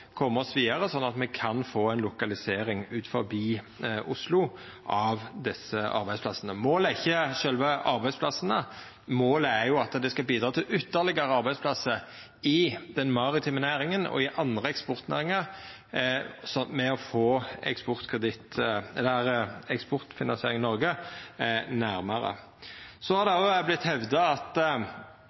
oss vidare slik at me kan få ei lokalisering utanfor Oslo av desse arbeidsplassane. Målet er ikkje sjølve arbeidsplassane, målet er at det skal bidra til ytterlegare arbeidsplassar i den maritime næringa og i andre eksportnæringar ved å få Eksportfinansiering Norge nærare. Når regjeringa fyrst har lokalisert det til Oslo, vil eg gje ros for at